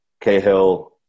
Cahill